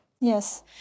Yes